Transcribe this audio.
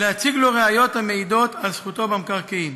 להציג לו ראיות המעידות על זכותו במקרקעין.